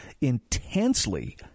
intensely